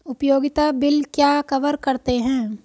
उपयोगिता बिल क्या कवर करते हैं?